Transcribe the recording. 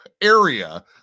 area